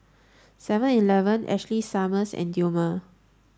seven eleven Ashley Summers and Dilmah